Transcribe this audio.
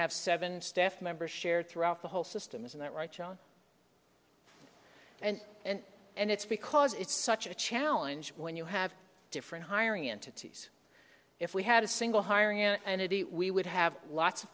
have seven staff members shared throughout the whole system isn't that right john and and and it's because it's such a challenge when you have different hiring entities if we had a single hiring and it we would have lots of